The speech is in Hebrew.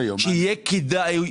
שתהיה כדאיות.